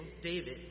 David